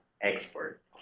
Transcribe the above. export